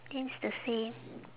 then it's the same